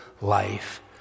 life